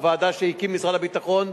הוועדה שהקים משרד הביטחון,